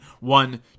One